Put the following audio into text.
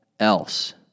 else